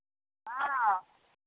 हँ